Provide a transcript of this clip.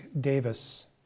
Davis